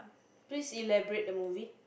please elaborate the movie